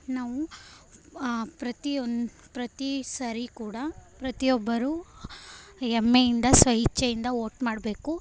ನಾವು ಪ್ರತಿ ಒಂದು ಪ್ರತಿ ಸಾರಿ ಕೂಡ ಪ್ರತಿಯೊಬ್ಬರೂ ಹೆಮ್ಮೆಯಿಂದ ಸ್ವಇಚ್ಛೆಯಿಂದ ವೋಟ್ ಮಾಡಬೇಕು